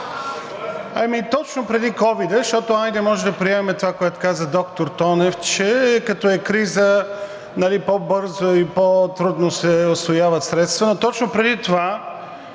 Точно преди ковида, защото може да приемем това, което каза доктор Тонев, че като е криза по-бързо и по-трудно се усвояват средства, но точно преди това